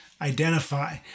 identify